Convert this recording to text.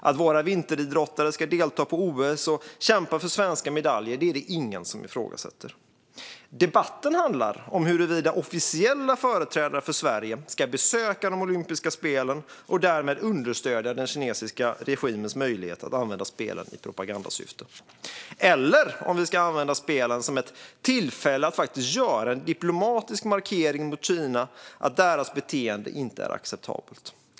Att våra vinteridrottare ska delta i OS och kämpa för svenska medaljer är det ingen som ifrågasätter. Debatten handlar om huruvida officiella företrädare för Sverige ska besöka de olympiska spelen och därmed understödja den kinesiska regimens möjlighet att använda spelen i propagandasyfte, eller om vi ska använda spelen som ett tillfälle att göra en diplomatisk markering mot Kina att deras beteende inte är acceptabelt.